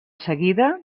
seguida